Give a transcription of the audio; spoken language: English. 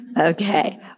Okay